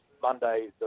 Monday